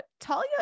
Talia